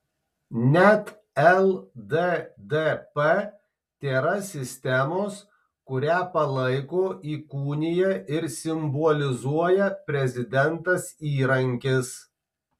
net lddp tėra sistemos kurią palaiko įkūnija ir simbolizuoja prezidentas įrankis